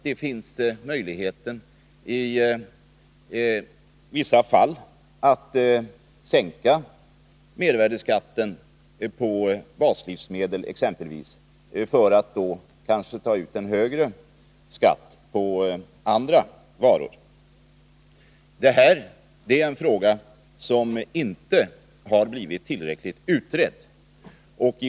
Det finns möjligheten att sänka mervärdeskatten på exempelvis baslivsmedel, för att då kanske ta ut en högre skatt på andra varor. Det här är en fråga som inte har blivit tillräckligt utredd.